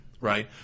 right